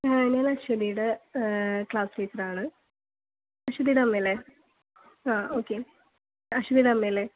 ഞാൻ അശ്വതിയുടെ class teacher ആണ് അശ്വതിയുടെ അമ്മയല്ലേ ആ ഓക്കെ അശ്വതിയുടെ അമ്മയല്ലേ